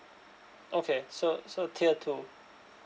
okay so so tier two